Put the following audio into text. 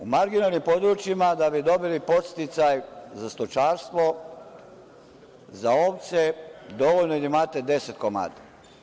U marginalnim područjima da bi dobili podsticaj za stočarstvo, za ovce, dovoljno je da imate 10 komada.